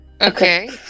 okay